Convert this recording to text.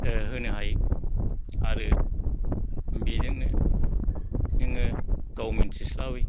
होनो हायो आरो बेजोंनो